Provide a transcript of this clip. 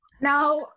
Now